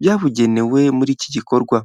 byabugenewe muri iki gikorwa.